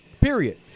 period